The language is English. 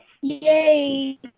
Yay